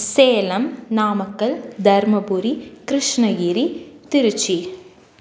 Salem Namakkal Dharmapuri Krishnagiri Trichy